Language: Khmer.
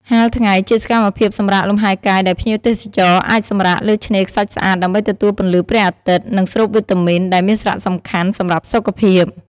ហាលថ្ងៃ ជាសកម្មភាពសម្រាកលំហែកាយដែលភ្ញៀវទេសចរអាចសម្រាកលើឆ្នេរខ្សាច់ស្អាត ដើម្បីទទួលពន្លឺព្រះអាទិត្យ និងស្រូបវីតាមីន ដែលមានសារៈសំខាន់ សម្រាប់សុខភាព។